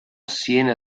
siena